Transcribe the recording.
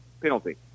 penalty